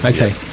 Okay